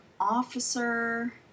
officer